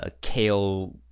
Kale